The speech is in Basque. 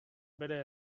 beren